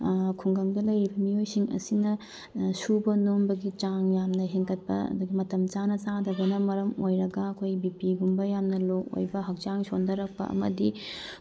ꯈꯨꯡꯒꯪꯗ ꯂꯩꯔꯤꯕ ꯃꯤꯑꯣꯏꯁꯤꯡ ꯑꯁꯤꯅ ꯁꯨꯕ ꯅꯣꯝꯕꯒꯤ ꯆꯥꯡ ꯌꯥꯝꯅ ꯍꯦꯟꯒꯠꯄ ꯑꯗꯒꯤ ꯃꯇꯝ ꯆꯥꯅ ꯆꯥꯗꯕꯅ ꯃꯔꯝ ꯑꯣꯏꯔꯒ ꯑꯩꯈꯣꯏ ꯕꯤ ꯄꯤꯒꯨꯝꯕ ꯌꯥꯝꯅ ꯂꯣ ꯑꯣꯏꯕ ꯍꯛꯆꯥꯡ ꯁꯣꯟꯊꯔꯛꯄ ꯑꯃꯗꯤ